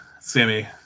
Sammy